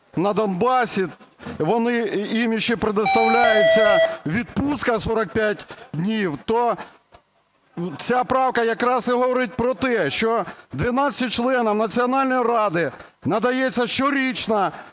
на Донбасі, їм ще предоставляється відпустка 45 днів. То ця правка якраз і говорить про те, що 12 членам Національної ради надається щорічна